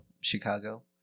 Chicago